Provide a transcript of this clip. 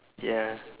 ya